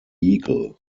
eagle